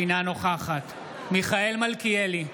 אינה נוכחת מיכאל מלכיאלי,